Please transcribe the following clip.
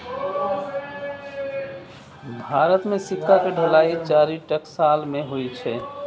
भारत मे सिक्का के ढलाइ चारि टकसाल मे होइ छै